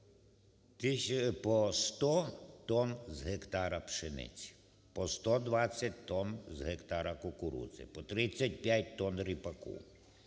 по 100 тонн з гектару пшениці, по 120 тонн з гектара кукурудзи, по 35 тонн ріпаку,